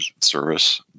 service